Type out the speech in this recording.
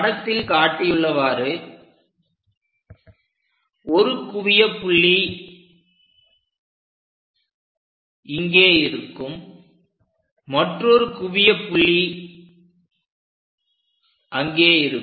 படத்தில் காட்டியுள்ளவாறு ஒரு குவியப்புள்ளி இங்கே இருக்கும் மற்றொரு குவியப்புள்ளி அங்கே இருக்கும்